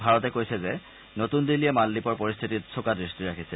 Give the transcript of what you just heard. ভাৰতে কৈছে যে নতুন দিল্লীয়ে মালদ্বীপৰ পৰিস্থিতিত চোকা দৃষ্টি ৰাখিছে